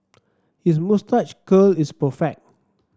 his moustache curl is perfect